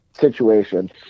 situation